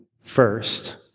first